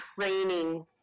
training